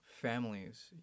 families